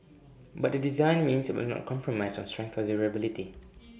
but the design means that IT will not compromise on strength or durability